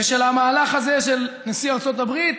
ושל המהלך הזה של נשיא ארצות הברית,